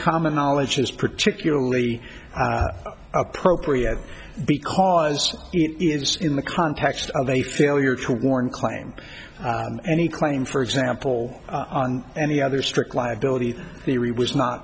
common knowledge is particularly appropriate because it's in the context of a failure to warn claim any claim for example on any other strict liability theory was not